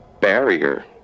barrier